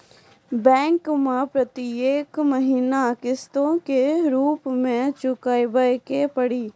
Bank मैं प्रेतियेक महीना किस्तो के रूप मे चुकाबै के पड़ी?